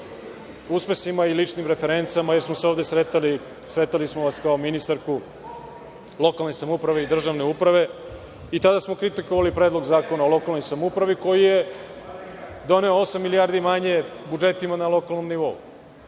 uspesima i ličnim referencama, jer smo vas ovde sretali kao ministarku lokalne samouprave i državne uprave. I tada smo kritikovali Predlog zakona o lokalnoj samoupravi, koji je doneo osam milijardi manje budžetima na lokalnom nivou.